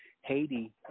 Haiti